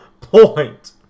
point